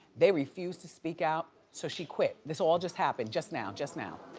they refuse to speak out so she quit. this all just happened just now, just now.